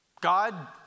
God